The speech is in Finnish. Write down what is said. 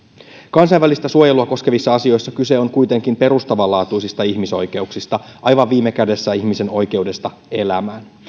kansainvälistä suojelua koskevissa asioissa kyse on kuitenkin perustavanlaatuisista ihmisoikeuksista aivan viime kädessä ihmisen oikeudesta elämään